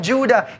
Judah